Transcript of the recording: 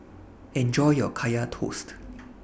Enjoy your Kaya Toast